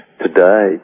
today